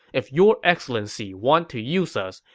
if your excellency want to use us,